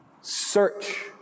search